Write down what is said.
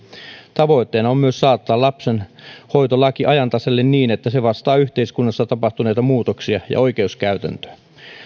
tavoitteena on myös saattaa lapsenhuoltolaki ajan tasalle niin että se vastaa yhteiskunnassa tapahtuneita muutoksia ja oikeuskäytäntöä